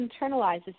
internalizes